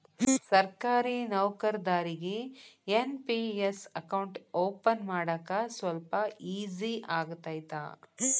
ಸರ್ಕಾರಿ ನೌಕರದಾರಿಗಿ NPS account open ಮಾಡಾಕ ಸ್ವಲ್ಪ ಈಜಿ ಆಗತೈತ